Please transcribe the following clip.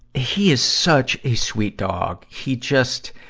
he is such a sweet dog. he just,